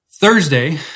Thursday